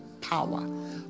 power